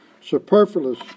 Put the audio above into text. Superfluous